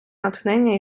натхнення